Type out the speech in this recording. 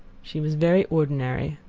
she was very ordinary.